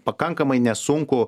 pakankamai nesunku